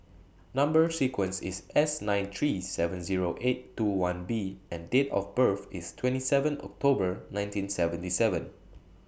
Number sequence IS S nine three seven Zero eight two one B and Date of birth IS twenty seven October nineteen seventy seven